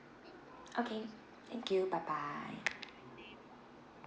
okay thank you bye bye